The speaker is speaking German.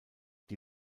die